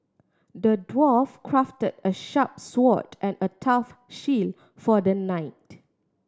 the dwarf crafted a sharp sword and a tough shield for the knight